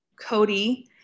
Cody